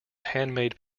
handmade